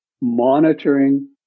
monitoring